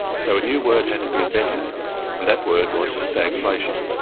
so a new word had to be invented and that word was stagflation.